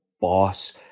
boss